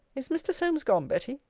is mr. solmes gone, betty?